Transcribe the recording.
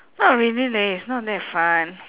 not really leh it's not that fun